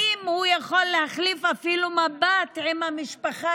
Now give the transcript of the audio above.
אם הוא יכול להחליף אפילו מבט עם המשפחה,